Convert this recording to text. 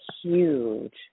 huge